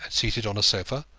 seated on a sofa,